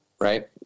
right